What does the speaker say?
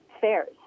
fares